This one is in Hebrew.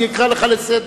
אני אקרא אותך לסדר.